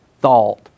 thought